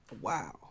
Wow